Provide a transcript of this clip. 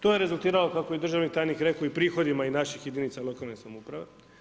To je rezultiralo kako je državni tajnik rekao i prihodima i naših jedinica lokalne samouprave.